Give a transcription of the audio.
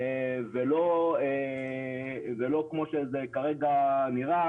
ולא כמו שזה כרגע נראה,